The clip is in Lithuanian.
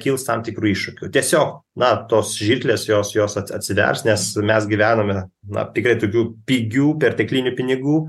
kils tam tikrų iššūkių tiesiog na tos žirklės jos jos at atsivers nes mes gyvenome na tikrai tokių pigių perteklinių pinigų